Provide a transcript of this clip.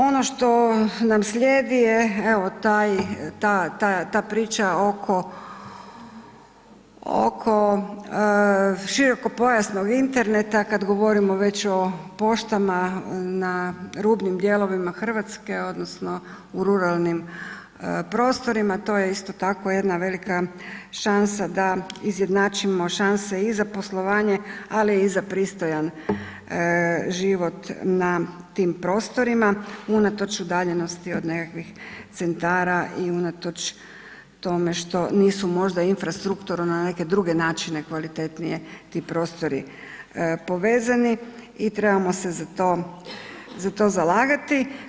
Ono što nam slijedi je ta priča oko širokopojasnog Interneta kad govorimo već o poštama na rubnim dijelovima Hrvatske odnosno u ruralnim prostorima, to je isto tako jedna velika šansa da izjednačimo šanse i za poslovanje ali i za pristojan život na tim prostorima unatoč udaljenosti od nekakvih centara i unatoč tome nisu možda infrastrukturno na neke druge načine kvalitetnije ti prostori povezani i trebamo se za to zalagati.